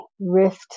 rift